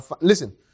Listen